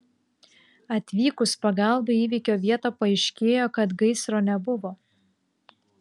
atvykus pagalbai į įvykio vietą paaiškėjo kad gaisro nebuvo